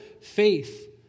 faith